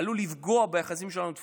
עלול לפגוע ביחסים שלנו עם התפוצות,